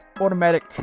automatic